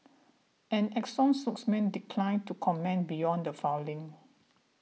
an Exxon spokesman declined to comment beyond the filing